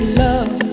love